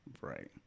right